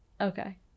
okay